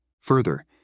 Further